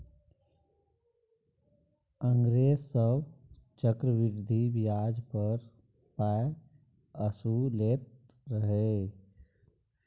अंग्रेज सभ चक्रवृद्धि ब्याज पर पाय असुलैत रहय